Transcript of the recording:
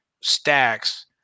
stacks